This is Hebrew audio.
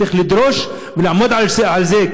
צריך לעמוד על זה,